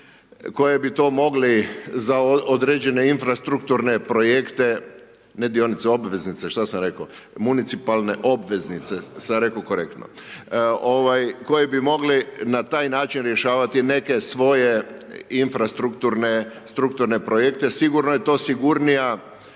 koji bi to mogli za određene infrastrukturne projekte, ne dionice, obveznice, šta sam rekao, municipalne obveznice sam rekao korektno, ovaj koje bi mogli na taj način rješavati neke svoje infrastrukturne projekte. Sigurno je to sigurnija,